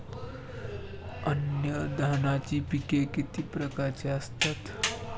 अन्नधान्याची पिके किती प्रकारची असतात?